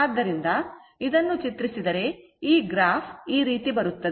ಆದ್ದರಿಂದ ಇದನ್ನು ಚಿತ್ರಿಸಿದರೆ ಈ ಗ್ರಾಫ್ ಈ ರೀತಿ ಬರುತ್ತದೆ